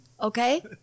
Okay